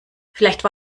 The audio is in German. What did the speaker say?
vielleicht